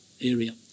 area